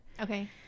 Okay